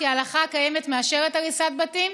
כי ההלכה הקיימת מאשרת הריסת בתים.